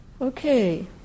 Okay